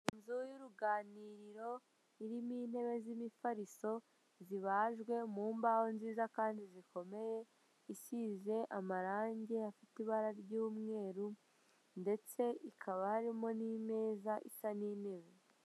Inzu y'uruganiriro irimo intebe z'imifariso zibajwe mu mbaho nziza kandi zikomeye, isize amarangi afite ibara ry'umweru ndetse hakaba harimo n'imeza isa n'intebe.